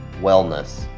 wellness